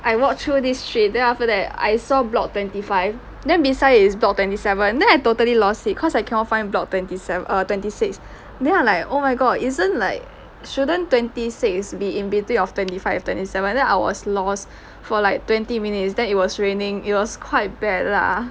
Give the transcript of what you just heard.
I walked through this street then after that I saw block twenty five then beside is block twenty seven then I totally lost it cause I cannot find block twenty seven err twenty six then I like oh my god isn't like shouldn't twenty six be in between of twenty five and twenty seven then I was lost for like twenty minutes then it was raining it was quite bad lah